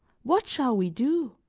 what shall we do?